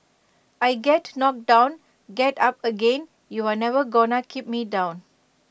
I get knocked down get up again you're never gonna keep me down